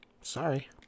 Sorry